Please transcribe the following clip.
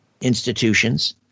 institutions